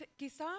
quizá